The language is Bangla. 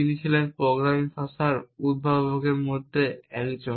তিনি ছিলেন প্রোগ্রামিং ভাষার উদ্ভাবকদের মধ্যে 1 জন